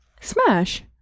Smash